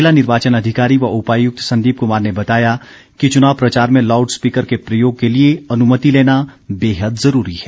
ज़िला निर्वाचन अधिकारी व उपायुक्त संदीप कुमार ने बताया कि चुनाव प्रचार में लाउड स्पीकर के प्रयोग के लिए अनुमति लेना बेहद ज़रूरी है